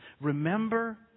Remember